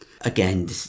again